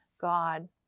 God